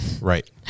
Right